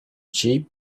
cheap